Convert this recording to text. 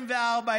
24,